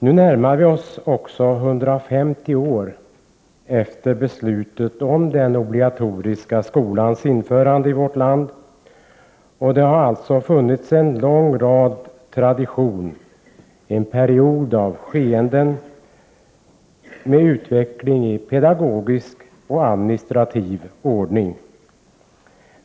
Nu har det snart gått 150 år efter beslutet om den obligatoriska skolans införande i vårt land. Det har alltså funnits en lång tradition och en period av utveckling i pedagogisk och administrativ ordning.